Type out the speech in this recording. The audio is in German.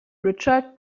richard